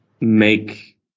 make